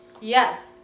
Yes